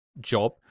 job